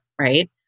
right